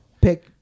pick